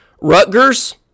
Rutgers